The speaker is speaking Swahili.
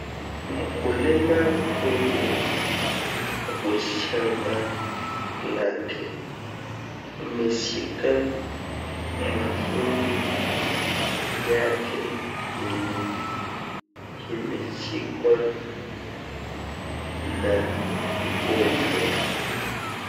Mkulima huyu ako shamba lake ameshika mahindi yake yenye imeshika na ugonjwa.